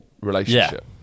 relationship